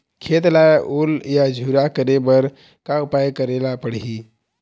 खेत ला ओल या झुरा करे बर का उपाय करेला पड़ही?